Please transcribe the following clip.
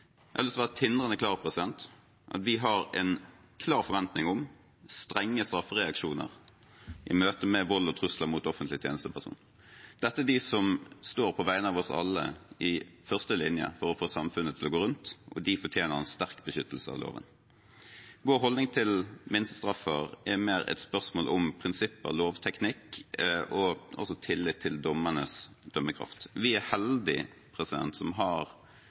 Jeg har lyst til å være tindrende klar: Vi har en klar forventning om strenge straffereaksjoner i møte med vold og trusler mot offentlig tjenesteperson. Dette er de som på vegne av oss alle står i første linje for å få samfunnet til å gå rundt, og de fortjener en sterk beskyttelse av/i loven. Vår holdning til minstestraff er mer et spørsmål om prinsipper, lovteknikk og tillit til dommernes dømmekraft. Vi er heldige som har